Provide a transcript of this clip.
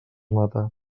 mata